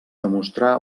demostrà